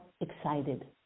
excited